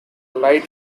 light